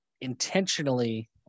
intentionally